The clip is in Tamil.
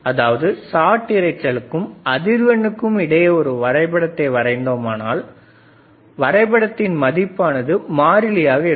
அதாவது ஷார்ட் இரைச்சலுக்கும் அதிர்வு எண்ணுக்கும் இடையே ஒரு வரைபடத்தை வரைந்தால் வரைபடத்தின் மதிப்பானது மாறிலியாக இருக்கும்